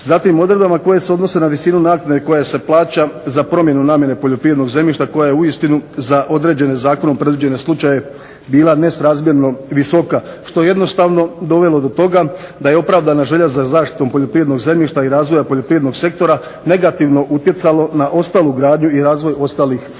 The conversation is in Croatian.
Zatim, odredbama koje se odnose na visinu naknade koja se plaća za promjenu namjene poljoprivrednog zemljišta koja je uistinu za određene zakonom predviđene slučajeve bila nesrazmjerno visoka što je jednostavno dovelo do toga da je opravdana želja za zaštitom poljoprivrednog zemljišta i razvoja poljoprivrednog sektora negativno utjecalo na ostalu gradnju i razvoj ostalih sektora